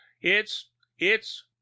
It's—it's—